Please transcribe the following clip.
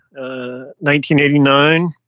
1989